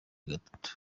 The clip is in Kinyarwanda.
gatatu